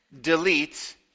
Delete